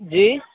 جی